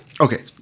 Okay